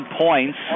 points